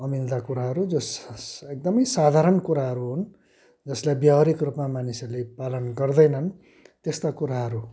अमिल्दा कुराहरू जो स् एकदमै साधारण कुराहरू हुन् जसलाई व्यवहारिक रूपमा मानिसहरूले पालन गर्दैनन् त्यस्ता कुराहरू